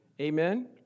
Amen